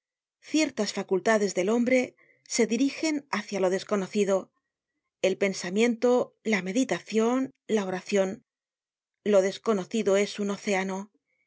ciertas facultades del hombre se dirigen hácia lo desconocido el pensamiento la meditacion la oracion lo desconocido es un océano